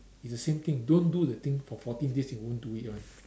it's the same thing don't do the thing for fourteen days you won't do it one